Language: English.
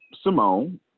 Simone